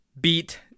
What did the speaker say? beat